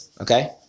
Okay